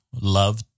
love